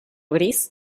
gris